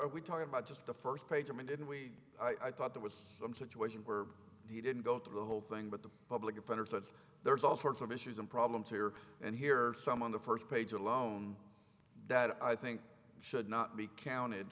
are we talking about just the first page of a didn't we i thought there was some situation where he didn't go to the whole thing but the public defender is that there's all sorts of issues and problems here and here some on the first page alone that i think should not be counted